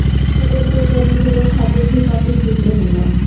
sugar के मरीज लोग खातिर भी कॉफ़ी ठीक रहेला